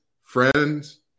friends